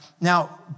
Now